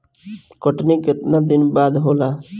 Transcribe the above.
कटनी केतना दिन में होला?